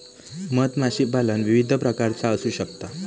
मधमाशीपालन विविध प्रकारचा असू शकता